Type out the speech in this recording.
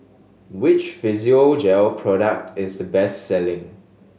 which Physiogel product is the best selling